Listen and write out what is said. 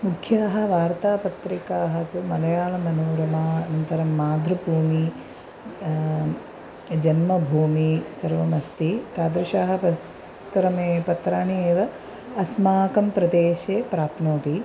मुख्याः वार्तापत्रिकाः तु मलयाळमनोरमा अनन्तरं मातृभूमिः जन्मभूमिः सर्वमस्ति तादृशाः पस्त्रमे पत्रानि एव अस्माकं प्रदेशे प्राप्नोति